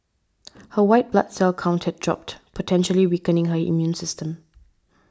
her white blood cell count had dropped potentially weakening her immune system